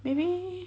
maybe